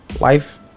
life